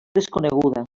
desconeguda